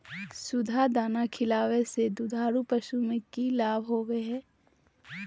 सुधा दाना खिलावे से दुधारू पशु में कि लाभ होबो हय?